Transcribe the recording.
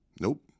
Nope